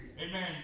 Amen